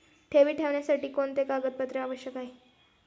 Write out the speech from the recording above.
ठेवी ठेवण्यासाठी कोणते कागदपत्रे आवश्यक आहे?